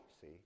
see